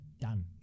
done